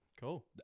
Cool